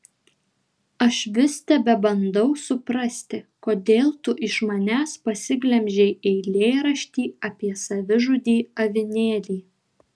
aš vis tebebandau suprasti kodėl tu iš manęs pasiglemžei eilėraštį apie savižudį avinėlį